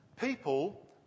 people